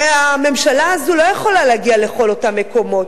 הרי הממשלה הזאת לא יכולה להגיע לכל אותם מקומות,